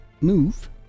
move